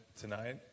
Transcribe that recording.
tonight